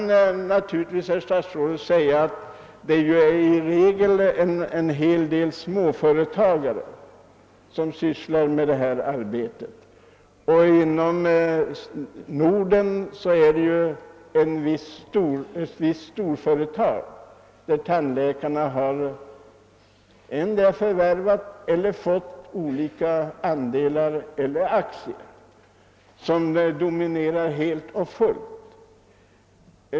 Naturligtvis kan statsrådet säga att det i regel är småföretagare som sysslar med detta arbete. Inom Norden är det dock ett visst storföretag, i vilket tandläkarna på ett eller annat sätt har förvärvat andelar eller aktier, som helt och fullt dominerar.